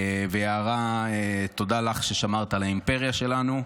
ויערה, תודה לך ששמרת על האימפריה שלנו.